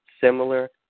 similar